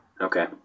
Okay